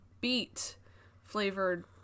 beet-flavored